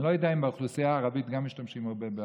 אני לא יודע אם גם באוכלוסייה הערבית משתמשים הרבה,